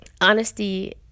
honesty